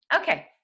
Okay